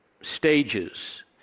stages